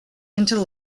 into